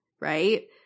right